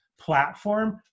platform